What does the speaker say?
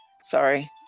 Sorry